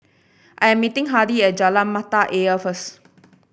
I am meeting Hardy at Jalan Mata Ayer first